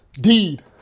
deed